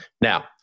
now